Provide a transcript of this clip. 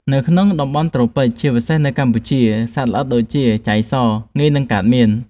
នៅក្នុងតំបន់ត្រូពិច ជាពិសេសនៅកម្ពុជា សត្វល្អិតដូចជា ចៃស ងាយនឹងកើតមាន។